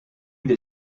that